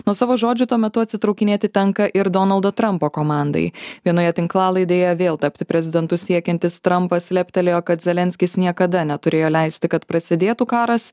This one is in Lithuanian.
nuo savo žodžių tuo metu atsitraukinėti tenka ir donaldo trampo komandai vienoje tinklalaidėje vėl tapti prezidentu siekiantis trampas leptelėjo kad zelenskis niekada neturėjo leisti kad prasidėtų karas